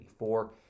1984